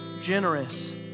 generous